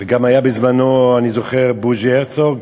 וגם היה בזמנו, אני זוכר, בוז'י הרצוג,